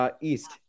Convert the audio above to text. East